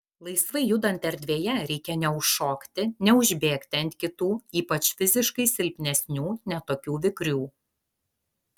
laisvai judant erdvėje reikia neužšokti neužbėgti ant kitų ypač fiziškai silpnesnių ne tokių vikrių